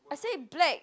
I said black